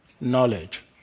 Knowledge